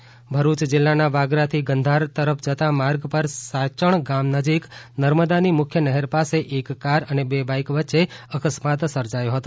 Gandhara road અકસ્માત ભરૂચ જિલ્લાનાં વાગરાથી ગંધાર તરફ જતાં માર્ગ પર સાચણ ગામ નજીક નર્મદાની મુખ્ય નહેર પાસે એક કાર અને બે બાઇક વચ્ચે અકસ્માત સર્જાયો હતો